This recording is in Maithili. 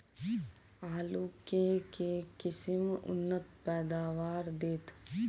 आलु केँ के किसिम उन्नत पैदावार देत?